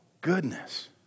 goodness